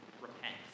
repent